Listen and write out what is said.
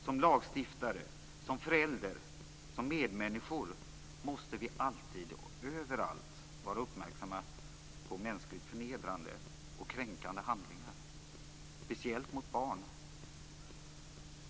Som lagstiftare, som föräldrar och som medmänniskor måste vi alltid och överallt vara uppmärksamma på mänskligt förnedrande och kränkande handlingar - speciellt mot barn.